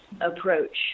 approach